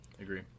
agree